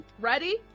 Ready